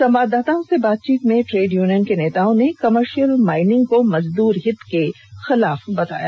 संवाददाताओं से बातचीत करते हुए ट्रेड यूनियन के नेताओं ने कमर्शियल माइनिंग को मजदूर हित के खिलाफ बताया